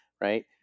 right